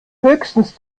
höchstens